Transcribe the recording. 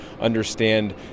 understand